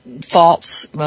faults